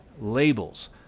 labels